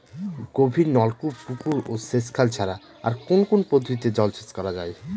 গভীরনলকূপ পুকুর ও সেচখাল ছাড়া আর কোন কোন পদ্ধতিতে জলসেচ করা যায়?